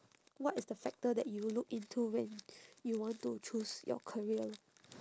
what is the factor that you look into when you want to choose your career lor